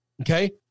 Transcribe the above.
okay